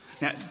Now